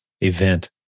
event